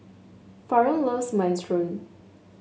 Faron loves Minestrone